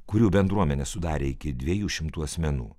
kurių bendruomenę sudarė iki dviejų šimtų asmenų